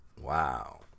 wow